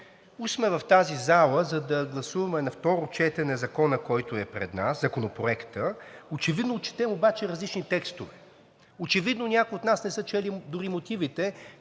сме в тази зала, за да гласуваме на второ четене Законопроекта, който е пред нас, очевидно четем обаче различни текстове. Очевидно някои от нас не са чели дори мотивите,